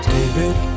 David